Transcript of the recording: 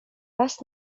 raz